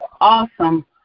awesome